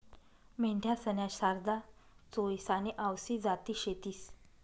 मेंढ्यासन्या शारदा, चोईस आनी आवसी जाती शेतीस